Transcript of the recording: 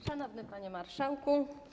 Szanowny Panie Marszałku!